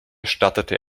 startete